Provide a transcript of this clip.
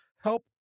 help